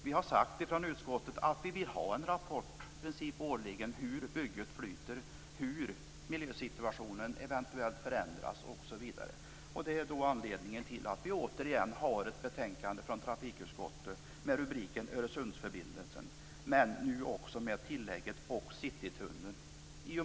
Vi har från utskottet sagt att vi i princip årligen vill ha en rapport över hur bygget flyter, hur miljösituationen eventuellt förändras osv. Det är anledningen till att vi återigen har ett betänkande från trafikutskottet med rubriken Öresundsförbindelsen, men nu också med tillägget: och Citytunneln.